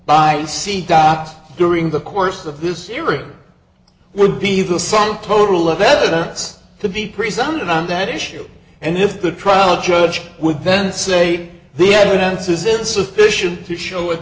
by see dr during the course of this series would be the sum total of evidence to be presented on that issue and if the trial judge would then say the evidence is insufficient to show with